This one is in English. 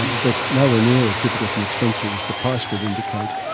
but nowhere near as difficult and expensive as the price would indicate.